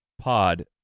pod